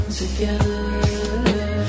together